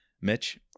Mitch